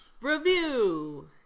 Review